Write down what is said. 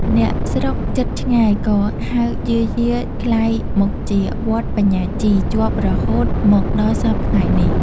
អ្នកស្រុកជិតឆ្ងាយក៏ហៅយារៗក្លាយមកថា "វត្តបញ្ញាជី" ជាប់រហូតមកដល់សព្វថ្ងៃនេះ។